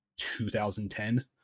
2010